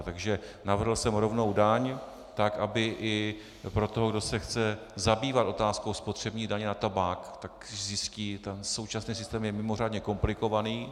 Takže navrhl jsem rovnou daň tak, aby i pro toho, kdo se chce zabývat otázkou spotřební daně na tabák, tak zjistí, ten současný systém je mimořádně komplikovaný.